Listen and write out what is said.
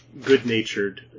good-natured